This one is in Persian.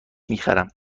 میخرم